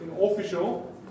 official